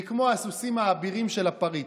היא כמו הסוסים האבירים של הפריץ,